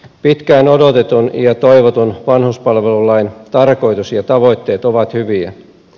pitkään odotetun ja toivotun vanhuspalvelulain tarkoitus ja tavoitteet ovat hyviä